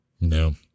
No